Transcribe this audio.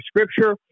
scripture